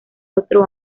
otro